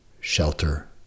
shelter